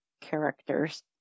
characters